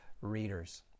readers